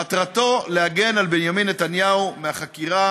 מטרתו להגן על בנימין נתניהו מהחקירה